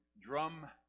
drum